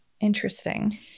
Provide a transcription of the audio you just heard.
interesting